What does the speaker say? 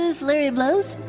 um flurry of blows.